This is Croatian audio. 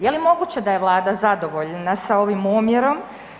Je li moguće da je Vlada zadovoljna sa ovim omjerom?